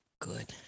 Good